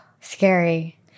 Scary